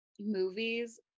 movies